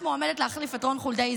את מועמדת להחליף את רון חולדאי,